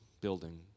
building